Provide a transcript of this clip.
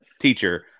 teacher